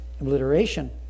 obliteration